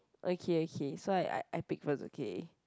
okay okay so I I pick first okay